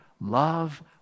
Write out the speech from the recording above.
love